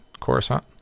Coruscant